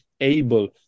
able